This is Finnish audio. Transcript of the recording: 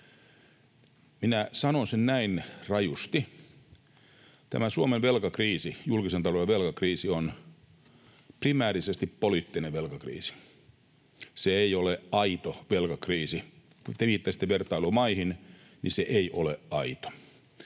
Minä sanoisin näin rajusti: tämä Suomen velkakriisi, julkisen talouden velkakriisi, on primäärisesti poliittinen velkakriisi. Se ei ole aito velkakriisi. Kun te viittasitte vertailumaihin, niin se ei ole aito.